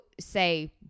say